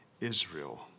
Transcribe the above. israel